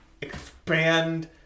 expand